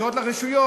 הבחירות לרשויות.